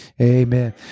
amen